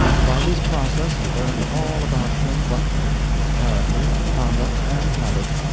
by this process he learned all about flint buckner, his character, conduct, and habits,